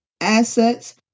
assets